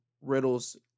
Riddle's